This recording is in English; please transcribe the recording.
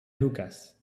hookahs